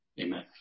Amen